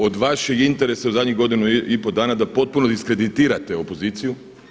Od vašeg interesa u zadnjih godinu i pol dana da potpuno diskreditirate opoziciju.